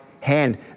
hand